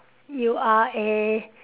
you are a